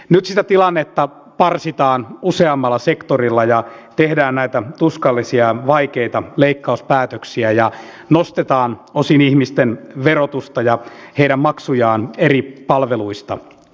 nyt sitä tilannetta parsitaan useammalla sektorilla ja tehdään näitä tuskallisia vaikeita leikkauspäätöksiä ja nostetaan osin ihmisten verotusta ja heidän maksujaan eri palveluista